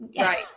Right